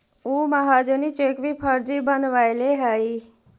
उ महाजनी चेक भी फर्जी बनवैले हइ